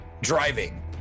driving